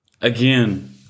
Again